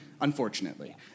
unfortunately